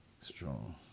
strong